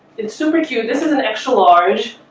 it's super cute. this is an extra-large